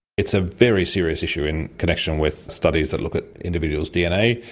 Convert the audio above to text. it's a very serious issue in connection with studies that look at individuals' dna.